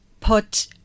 put